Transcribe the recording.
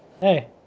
Hey